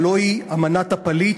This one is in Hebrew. הלוא היא אמנת הפליט,